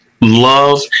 love